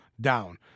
down